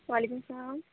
وعلیکم السّلام